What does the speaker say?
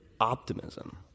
optimism